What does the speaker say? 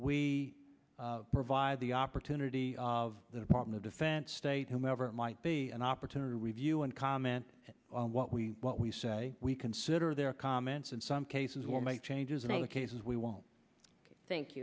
we provide the opportunity of the department of defense state whomever it might be an opportunity to review and comment on what we what we say we consider their comments in some cases or make changes in other cases we won't think